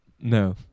no